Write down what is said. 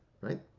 right